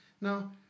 Now